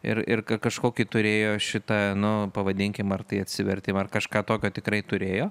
ir ir ka kažkokį turėjo šitą nu pavadinkim ar tai atsivertimą ar kažką tokio tikrai turėjo